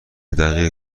دقیق